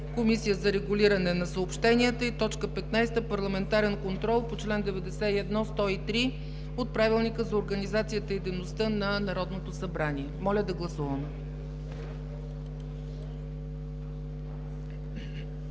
Комисията за регулиране на съобщенията. 15. Парламентарен контрол по чл. 91 – 103 от Правилника за организацията и дейността на Народното събрание. Моля, гласувайте. Гласували